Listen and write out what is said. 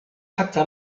حتى